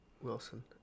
Wilson